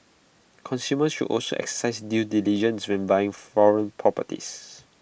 consumers should also exercise due diligence when buying foreign properties